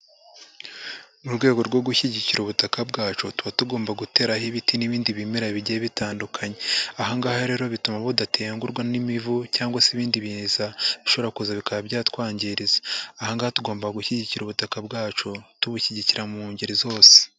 Mu rwego rwo gushyigikira ubutaka bwacu, tuba tugomba guteraho ibiti n'ibindi bimera bigiye bitandukanye. Aha ngaha rero bituma budatengurwa n'imivu cyangwa se ibindi biza, bishobora kuza bikaba byatwangiriza. Aha ngaha tugomba gushyigikira ubutaka bwacu, tubushyigikira mu ngeri zose.